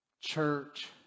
church